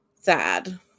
sad